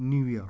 new York